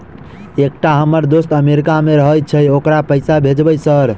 एकटा हम्मर दोस्त अमेरिका मे रहैय छै ओकरा पैसा भेजब सर?